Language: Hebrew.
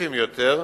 ספציפיים יותר,